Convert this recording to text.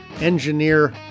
engineer